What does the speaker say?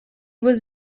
was